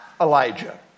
Elijah